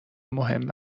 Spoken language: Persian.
مهم